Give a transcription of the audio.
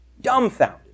Dumbfounded